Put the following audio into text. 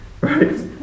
right